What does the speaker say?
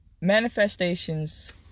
Manifestations